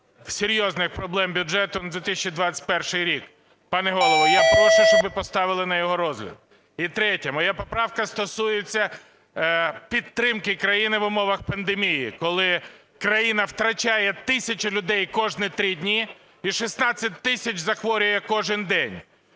серйозних проблем бюджету на 2021 рік. Пане Голово, я прошу, щоб ви поставили на його розгляд. І третє. Моя поправка стосується підтримки країни в умовах пандемії, коли країна втрачає тисячі людей кожні три дні і 16 тисяч захворює кожен день.